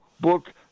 book